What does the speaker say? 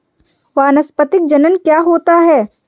वानस्पतिक जनन क्या होता है?